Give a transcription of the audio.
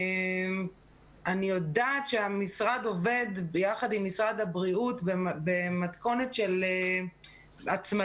אני יודעת שהמשרד עובד ביחד עם משרד הבריאות במתכונת של הצמדות,